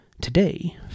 Today